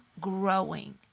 growing